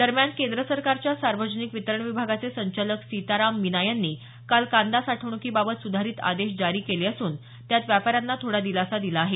दरम्यान केंद्र सरकारच्या सार्वजनिक वितरण विभागाचे संचालक सीताराम मीना यांनी काल कांदा साठवणुकीबाबत सुधारित आदेश जारी केले असून त्यात व्यापाऱ्यांना थोडा दिलासा दिला आहे